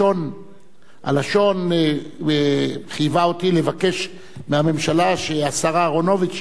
הלשון חייבה אותי לבקש מהממשלה שהשר אהרונוביץ,